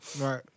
right